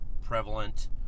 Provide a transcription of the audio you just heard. prevalent